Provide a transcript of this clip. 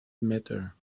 matter